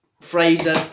Fraser